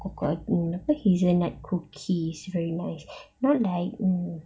apa hazelnut cookies very nice not like mm